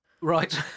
Right